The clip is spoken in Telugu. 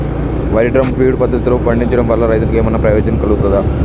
వరి ని డ్రమ్ము ఫీడ్ పద్ధతిలో పండించడం వల్ల రైతులకు ఏమన్నా ప్రయోజనం కలుగుతదా?